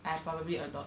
I probably adopt